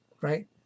right